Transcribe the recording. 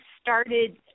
started